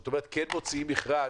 זאת אומרת כן מוציאים מכרז,